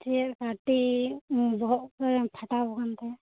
ᱠᱟᱹᱴᱤᱡ ᱵᱚᱦᱚᱜ ᱠᱚ ᱯᱷᱟᱴᱟᱣ ᱟᱠᱟᱱ ᱛᱟᱭᱟ